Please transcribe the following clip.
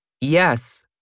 Yes